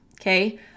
Okay